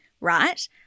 right